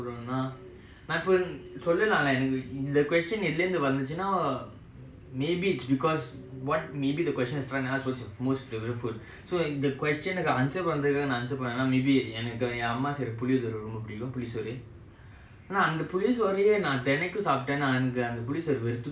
நான்இப்போசொல்லலாம்எனக்குஇந்த:nan ipo sollalam enakku indha question is what about you know maybe it's because maybe the question is trying to ask எனக்குஎன்அம்மாசெய்றபுளியோதரைரொம்பபிடிக்கும்புளிசோறுஆனாஅந்தபுளிசோரயேநான்தெனைக்குசாப்பிட்டேனாஎனக்குஅந்தபுளிசோறுவெறுத்துபோய்டும்:enakku en amma seira puliodhara romba pidikum pulisoru aana andha pulisoraye nan thenaiku saptena andha pulisoru veruthu poidum